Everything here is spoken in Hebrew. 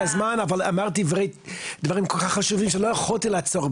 אמרת דברים כל כך חשובים שלא יכולתי לעצור,